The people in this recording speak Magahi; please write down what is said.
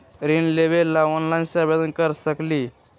ऋण लेवे ला ऑनलाइन से आवेदन कर सकली?